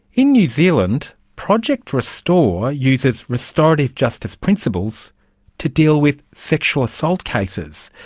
in new zealand, project restore uses restorative justice principles to deal with sexual assault cases.